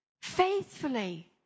faithfully